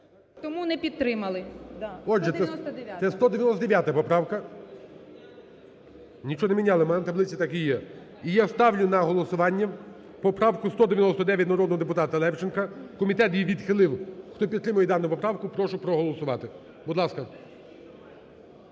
199-а. ГОЛОВУЮЧИЙ. Отже, це 199 поправка. Нічого не міняли, у мене в таблиці так і є. І я ставлю на голосування поправку 199 народного депутата Левченка, комітет її відхилив. Хто підтримує дану поправку, прошу проголосувати, будь ласка.